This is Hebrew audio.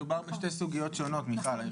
אני חושב שמדובר בשתי סוגיות שונות, מיכל.